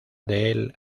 del